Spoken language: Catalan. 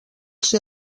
ser